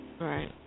Right